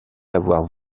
avoir